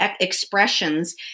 expressions